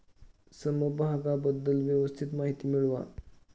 समभागाबद्दल व्यवस्थित माहिती मिळवा